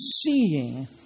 seeing